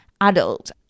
adult